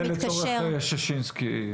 זה לצורך שישינסקי?